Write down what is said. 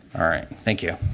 all right. thank you.